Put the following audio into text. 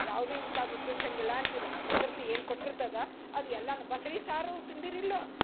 ಯಾವುದು ಇಂಥದ್ ಉಪ್ಯೋಗ್ಸಂಗಿಲ್ಲ ಅಂತಿಲ್ಲ ಪ್ರಕೃತಿ ಏನು ಕೊಟ್ಟಿರ್ತದ ಅದು ಎಲ್ಲಾನು ಬಸಳೀ ಸಾರು ತಿಂದಿರಿಲ್ಲೋ